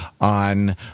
on